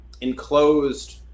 enclosed